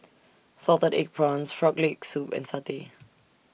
Salted Egg Prawns Frog Leg Soup and Satay